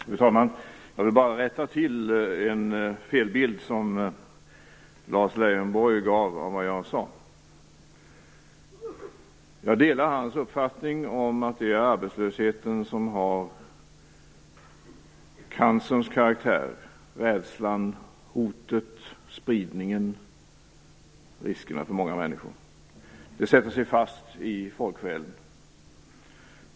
Fru talman! Jag vill bara rätta till en felbild som Lars Leijonborg gav av det som jag sade. Jag delar hans uppfattning om att arbetslösheten har cancerns karaktär - rädslan, hotet, spridningen och riskerna för många människor. Det sätter sig fast i folksjälen.